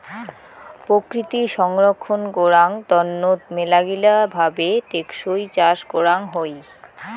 প্রকৃতি সংরক্ষণ করাং তন্ন মেলাগিলা ভাবে টেকসই চাষ করাং হই